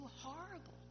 horrible